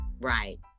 Right